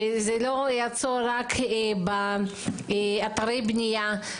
וזה לא יעצור רק באתרי הבנייה.